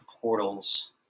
portals